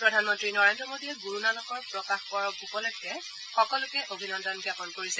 প্ৰধানমন্ত্ৰী নৰেন্দ্ৰ মোডীয়ে গুৰু নানকৰ প্ৰকাশ পৰব উপলক্ষে সকলোকে অভিনন্দন জাপন কৰিছে